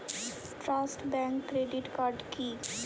Trust bank credit card কি?